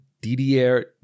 Didier